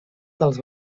dels